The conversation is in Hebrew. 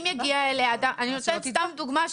אני נותנת סתם דוגמה.